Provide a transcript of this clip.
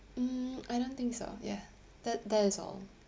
mm I don't think so ya that that is all